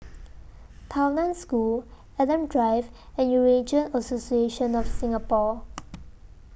Tao NAN School Adam Drive and Eurasian Association of Singapore